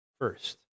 First